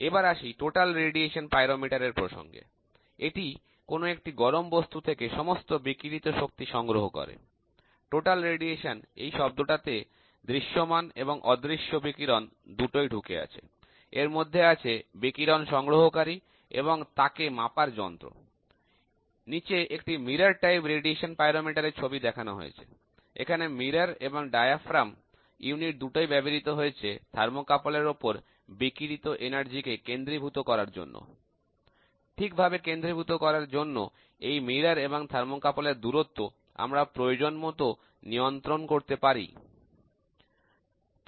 এবার আসি total radiation pyrometer এর প্রসঙ্গে এটি কোন একটি গরম বস্তু থেকে সমস্ত বিকিরিত শক্তি সংগ্রহ করে সর্বমোট বিকিরণ এই শব্দটা তে দৃশ্যমান এবং অদৃশ্য বিকিরণ দুটোই ঢুকে আছে এর মধ্যে আছে বিকিরণ সংগ্রহকারী এবং তাকে মাপার যন্ত্র নিচে একটি mirror টাইপ রেডিয়েশন পাইরোমিটার এর ছবি দেখানো হয়েছে এখানে mirror এবং diaphragm ইউনিট দুটোই ব্যবহৃত হয়েছে থার্মোকাপল এর উপর বিকিরিত এনার্জি কে কেন্দ্রীভূত করার জন্য দর্পণ এবং থার্মোকাপল এর দূরত্ব প্রয়োজনমতো নিয়ন্ত্রণ করে আমরা একে সঠিকভাবে কেন্দ্রীভূত করতে পারি